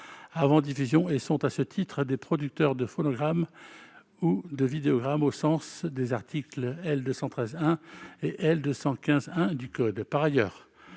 avant diffusion et sont, à ce titre, des producteurs de phonogrammes ou de vidéogrammes au sens des articles L. 213-1 et L. 215-1 du code